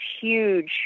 huge